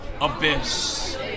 abyss